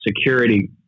security